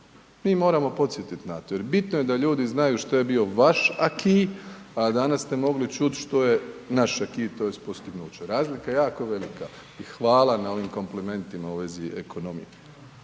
mi moramo podsjetiti na to jer bitno je da ljudi znaju što je bio vaš aki a danas ste mogli čuti što je naš aki, tj. postignuće. Razlika je jako velika i hvala na ovim komplimentima u vezi ekonomije,